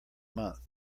month